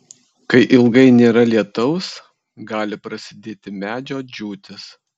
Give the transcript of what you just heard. kai ilgai nėra lietaus gali prasidėti medžio džiūtis